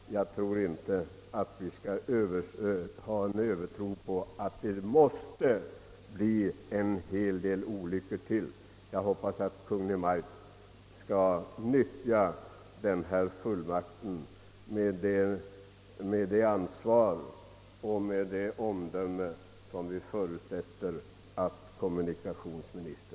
För min del tror jag inte att omläggningen till högertrafiken nödvändigtvis kommer att medföra fler olyckor. Jag hoppas att Kungl. Maj:t skall utnyttja fullmakten med ansvar och omdöme.